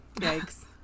Yikes